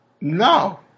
No